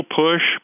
push